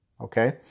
Okay